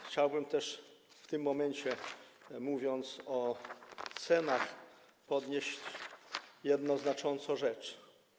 Chciałbym też w tym momencie, mówiąc o cenach, podnieść jedną znaczącą rzecz.